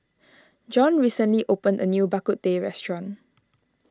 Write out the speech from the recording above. John recently opened a new Bak Kut Teh restaurant